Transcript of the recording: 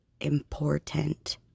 important